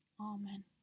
Amen